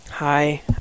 hi